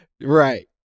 right